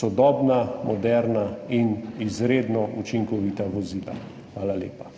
sodobna, moderna in izredno učinkovita vozila. Hvala lepa.